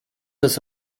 das